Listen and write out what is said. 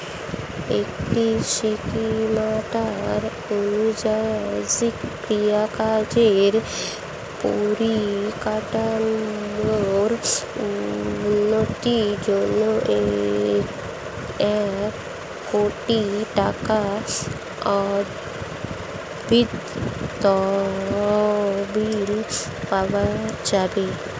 এই স্কিমটার অনুযায়ী কৃষিকাজের পরিকাঠামোর উন্নতির জন্যে এক কোটি টাকা অব্দি তহবিল পাওয়া যাবে